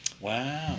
Wow